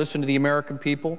listen to the american people